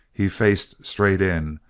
he faced straight in,